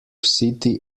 city